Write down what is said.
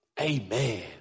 Amen